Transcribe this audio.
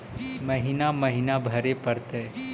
महिना महिना भरे परतैय?